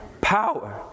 Power